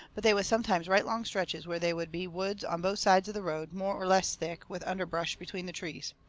but they was sometimes right long stretches where they would be woods on both sides of the road, more or less thick, with underbrush between the trees.